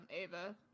Ava